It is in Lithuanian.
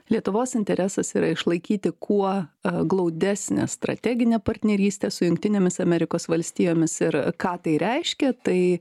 lietuvos interesas yra išlaikyti kuo glaudesnę strateginę partnerystę su jungtinėmis amerikos valstijomis ir ką tai reiškia tai